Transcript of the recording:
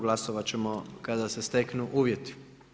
Glasovat ćemo kad se steknu uvjeti.